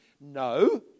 No